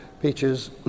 peaches